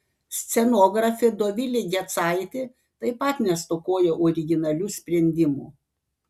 scenografė dovilė gecaitė taip pat nestokojo originalių sprendimų